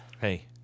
Hey